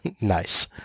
Nice